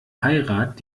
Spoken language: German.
heirat